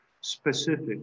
specific